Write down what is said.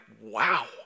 wow